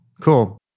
Cool